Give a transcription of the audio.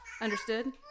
Understood